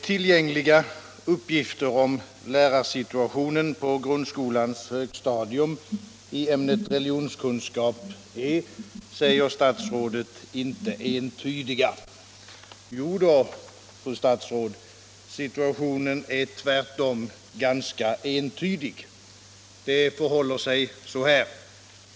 ”Tillgängliga uppgifter om lärarsituationen på grundskolans högstadium i ämnet religionskunskap är”, säger statsrådet, ”inte entydiga.” Jo då, fru statsråd, situationen är tvärtom ganska entydig. Det förhåller sig så här.